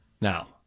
Now